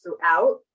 throughout